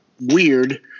weird